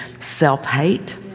self-hate